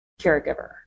caregiver